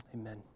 Amen